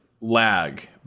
lag